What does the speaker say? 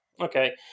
Okay